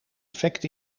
effect